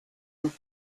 for